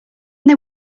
they